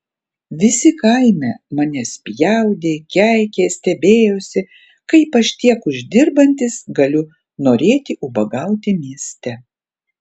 visi kaime mane spjaudė keikė stebėjosi kaip aš tiek uždirbantis galiu norėti ubagauti mieste